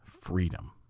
freedom